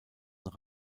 und